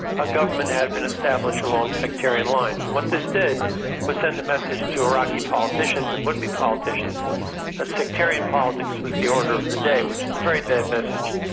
a government had been established along sectarian lines. what this did was send message to iraqi politicians and would-be politicians that sectarian politics was the order of the day, which is a very bad message.